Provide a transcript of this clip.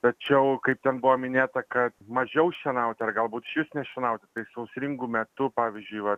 tačiau kaip ten buvo minėta kad mažiau šienauti ar galbūt išvis nešienauti sausringu metu pavyzdžiui va